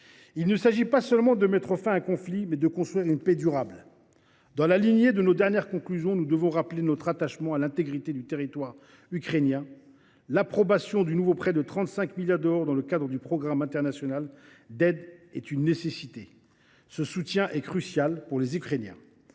Il s’agit non pas uniquement de mettre fin à un conflit, mais de construire une paix durable ! Dans la lignée de nos dernières conclusions, nous devons rappeler notre attachement à l’intégrité du territoire ukrainien. L’approbation du nouveau prêt de 35 milliards d’euros dans le cadre du programme international d’aide est une nécessité. Ce soutien est crucial pour les Ukrainiens.